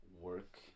work